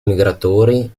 migratori